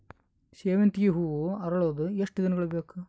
ಸೇವಂತಿಗೆ ಹೂವು ಅರಳುವುದು ಎಷ್ಟು ದಿನಗಳು ಬೇಕು?